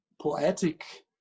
poetic